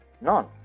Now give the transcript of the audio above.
none